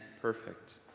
perfect